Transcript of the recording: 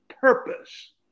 purpose